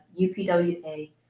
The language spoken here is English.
UPWA